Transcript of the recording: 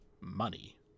money